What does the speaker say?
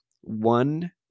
one